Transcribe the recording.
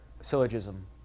Syllogism